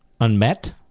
unmet